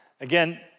Again